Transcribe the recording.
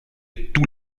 tous